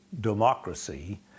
democracy